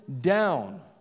down